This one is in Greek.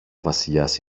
βασιλιάς